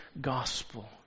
gospel